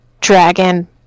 dragon